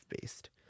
based